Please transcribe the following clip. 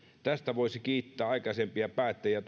tästä voisi kiittää aikaisempia päättäjiä